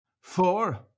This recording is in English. Four